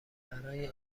برای